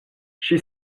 she